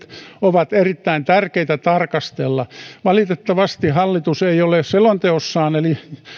ovat erittäin tärkeitä tarkastella valitettavasti hallitus ei ole selonteossaan eli